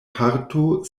parto